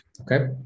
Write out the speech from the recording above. Okay